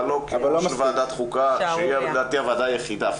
אבל לא כוועדת חוקה שהיא לדעתי הוועדה היחידה,